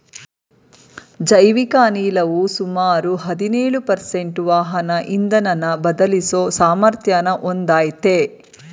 ಜೈವಿಕ ಅನಿಲವು ಸುಮಾರು ಹದಿನೇಳು ಪರ್ಸೆಂಟು ವಾಹನ ಇಂಧನನ ಬದಲಿಸೋ ಸಾಮರ್ಥ್ಯನ ಹೊಂದಯ್ತೆ